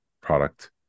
product